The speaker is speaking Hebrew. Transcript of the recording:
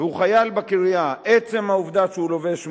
והוא חייל בקריה, עצם העובדה שהוא לובש מדים,